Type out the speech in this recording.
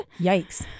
Yikes